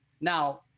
Now